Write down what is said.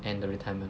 and the retirement